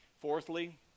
Fourthly